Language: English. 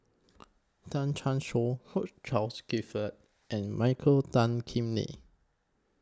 Tan Chan Choy Hugh Charles Clifford and Michael Tan Kim Nei